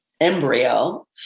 embryo